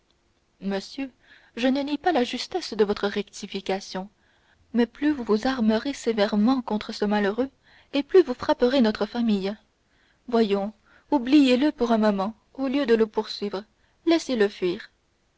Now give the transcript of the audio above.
monsieur je ne nie pas la justesse de votre rectification mais plus vous vous armerez sévèrement contre ce malheureux plus vous frapperez notre famille voyons oubliez le pour un moment au lieu de le poursuivre laissez-le fuir